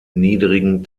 niedrigen